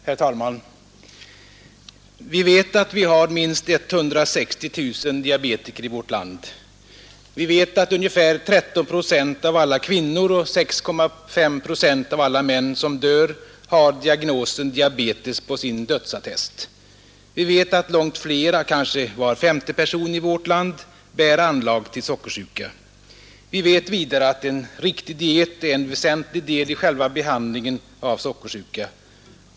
Herr talman! Vi vet att vi har minst 160 000 diabetiker i vårt land. Vi vet att ungefär 13 procent av alla kvinnor och 6,5 procent av alla män som dör har diagnosen diabetes på sin dödsattest. Vi vet att långt flera, kanske var femte person i vårt land, bär anlag till sockersjuka. Vi vet vidare att en riktig diet är en väsentlig del i själva behandlingen av sockersjuka.